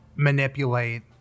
manipulate